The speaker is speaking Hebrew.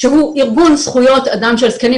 שהוא ארגון זכויות אדם של זקנים,